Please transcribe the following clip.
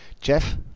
Jeff